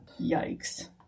Yikes